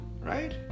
Right